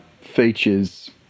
Features